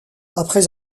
après